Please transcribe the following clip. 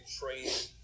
trained